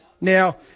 Now